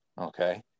Okay